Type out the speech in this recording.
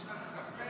יש לך ספק?